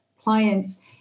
clients